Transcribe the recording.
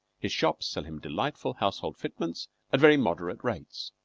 his shops sell him delightful household fitments at very moderate rates,